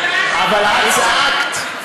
אבל את צעקת.